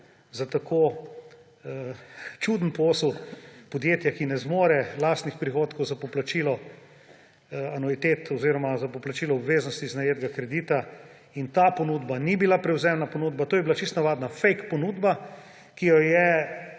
za tako čuden posel podjetja, ki ne zmore lastnih prihodkov za poplačilo anuitet oziroma za poplačilo obveznosti iz najetega kredita. Ta ponudba ni bila prevzemna ponudba, to je bila čisto navadna fejk ponudba, ki jo je